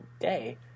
day